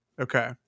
okay